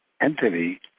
entity